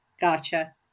gotcha